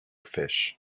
fish